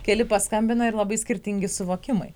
keli paskambina ir labai skirtingi suvokimai